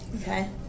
okay